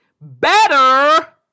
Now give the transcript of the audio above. better